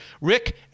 Rick